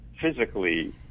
physically